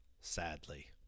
sadly